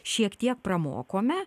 šiek tiek pramokome